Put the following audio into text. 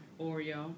Oreo